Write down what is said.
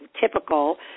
typical